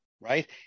right